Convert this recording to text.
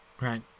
Right